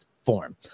form